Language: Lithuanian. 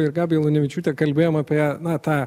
ir gabija lunevičiūte kalbėjom apie na tą